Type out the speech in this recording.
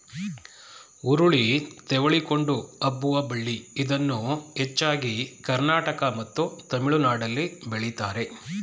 ಹುರುಳಿ ತೆವಳಿಕೊಂಡು ಹಬ್ಬುವ ಬಳ್ಳಿ ಇದನ್ನು ಹೆಚ್ಚಾಗಿ ಕರ್ನಾಟಕ ಮತ್ತು ತಮಿಳುನಾಡಲ್ಲಿ ಬೆಳಿತಾರೆ